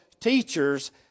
teachers